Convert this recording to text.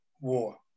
war